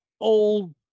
old